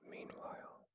Meanwhile